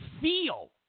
feel